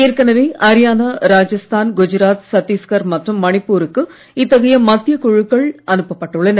ஏற்கனவே அரியானா ராஜஸ்தான் குஜராத் சத்தீஸ்கர் மற்றும் மணிப்பூருக்கு இத்தகைய மத்திய குழுக்கள் அனுப்பப்பட்டுள்ளன